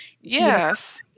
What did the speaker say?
Yes